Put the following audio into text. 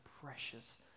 precious